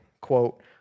quote